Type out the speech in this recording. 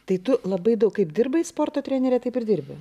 tai tu labai daug kaip dirbai sporto trenere taip ir dirbi